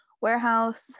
warehouse